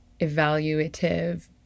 evaluative